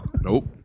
nope